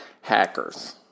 Hackers